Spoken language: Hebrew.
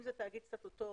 אם זה תאגיד סטטוטורי,